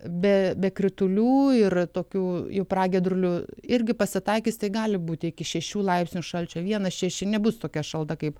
be kritulių ir tokių jau pragiedrulių irgi pasitaikys tai gali būti iki šešių laipsnių šalčio vienas šeši nebus tokia šalta kaip